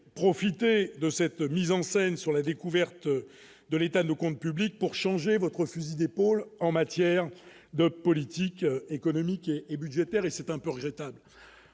profité de cette mise en scène sur la découverte de l'État, nos comptes publics pour changer votre fusil d'épaule en matière de politique économique et budgétaire et c'est un peu regrettable